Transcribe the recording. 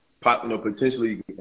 potentially